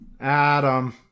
Adam